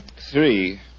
Three